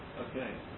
Okay